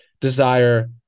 desire